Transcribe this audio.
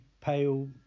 pale